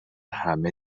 همه